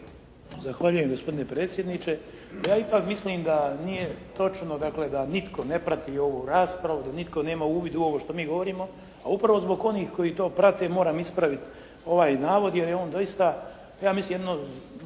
Zahvaljujem gospodine predsjedniče. Pa ja ipak mislim da nije točno dakle da nitko ne prati ovu raspravu, da nitko nema uvid u ovo što mi govorimo, a upravo zbog onih koji to prate moram ispraviti ovaj navod, jer je on doista ja mislim jedna